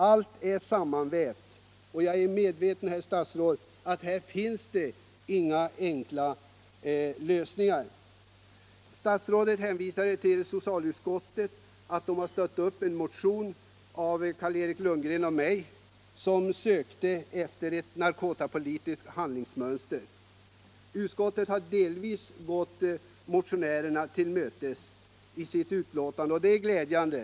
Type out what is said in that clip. Allt är sammanvävt, och jag är, herr statsråd, medveten om att det inte finns några enkla lösningar. Statsrådet hänvisar till att socialutskottet har stött en motion av Carl Eric Lundgren och mig, där vi efterlyser ett narkotikapolitiskt handlingsmönster. Utskottet har delvis gått motionärerna till mötes i sitt betänkande, och det är glädjande.